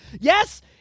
yes –